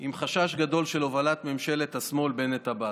עם חשש גדול של הובלת ממשלת השמאל בנט-עבאס.